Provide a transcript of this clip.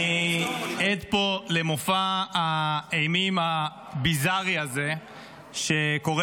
אני עד פה למופע האימים הביזארי הזה שקורה